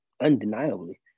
undeniably